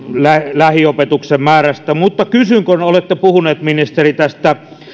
lähiopetuksen määrästä kysyn kun olette puhunut ministeri tästä